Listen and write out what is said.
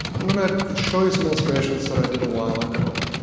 i'm going to show you some illustrations that i did a while ago.